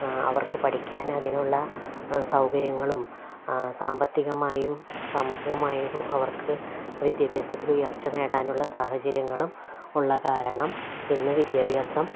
അവർക്കു പഠിക്കാൻ അതിനുള്ള സൗകര്യങ്ങളും സാമ്പത്തികമായും സാമൂഹികമായും അവർക്കു വിദ്യാഭ്യാസത്തില് ഉയർച്ച നേടാനുള്ള സാഹചര്യങ്ങളും ഉള്ളതു കാരണം ഇന്നു വിദ്യാഭ്യാസം